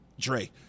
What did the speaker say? Dre